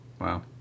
Wow